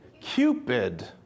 Cupid